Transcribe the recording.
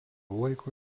laiko